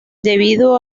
debido